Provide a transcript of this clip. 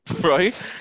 right